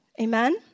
Amen